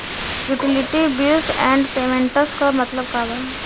Utility bills and payments क मतलब का बा?